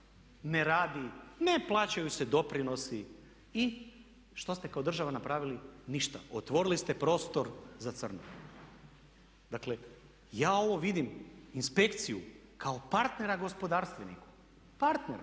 ne radi, ne plaćaju se doprinosi i što ste kao država napravili? Ništa. Otvorili ste prostor za crno. Dakle, ja ovo vidim inspekciju kao partnera gospodarstveniku, partnera.